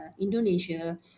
Indonesia